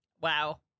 Wow